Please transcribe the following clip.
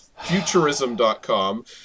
futurism.com